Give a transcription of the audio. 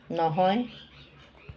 নহয়